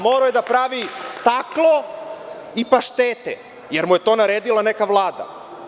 Morao je da pravi staklo i paštete, jer mu je to naredila neka vlada.